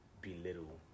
belittle